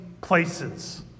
places